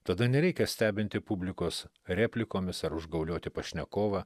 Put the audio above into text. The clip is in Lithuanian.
tada nereikia stebinti publikos replikomis ar užgaulioti pašnekovą